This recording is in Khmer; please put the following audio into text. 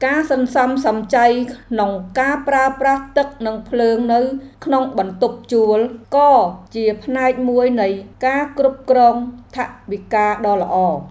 ការសន្សំសំចៃក្នុងការប្រើប្រាស់ទឹកនិងភ្លើងនៅក្នុងបន្ទប់ជួល ក៏ជាផ្នែកមួយនៃការគ្រប់គ្រងថវិកាដ៏ល្អ។